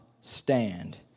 stand